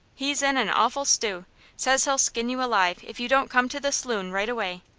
he's in an awful stew says he'll skin you alive if you don't come to the s'loon right away.